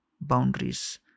boundaries